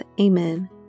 Amen